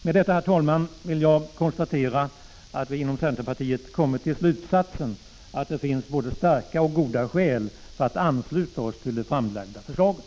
Med detta, herr talman, vill jag konstatera att vi inom centerpartiet har kommit till slutsatsen att det finns både starka och goda skäl för att vi skall ansluta oss till det framlagda förslaget.